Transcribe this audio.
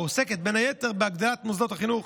העוסקת, בין היתר, בהגדלת מוסדות החינוך